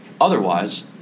Otherwise